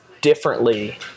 differently